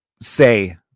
say